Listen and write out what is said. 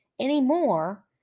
anymore